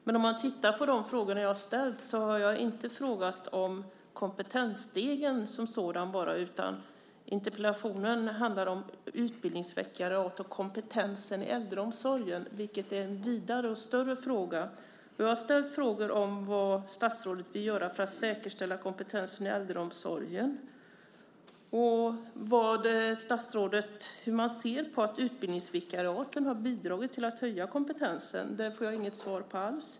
Men om man tittar på de frågor som jag har ställt har jag inte frågat om bara Kompetensstegen som sådan, utan interpellationen handlar om utbildningsvikariat och kompetensen i äldreomsorgen, vilket är en vidare och större fråga. Jag har ställt frågor om vad statsrådet vill göra för att säkerställa kompetensen i äldreomsorgen och hur statsrådet ser på att utbildningsvikariaten har bidragit till att höja kompetensen. Det får jag inget svar på alls.